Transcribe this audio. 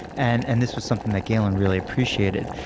and and this was something that galen really appreciated.